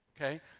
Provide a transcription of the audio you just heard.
okay